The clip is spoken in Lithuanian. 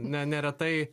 ne neretai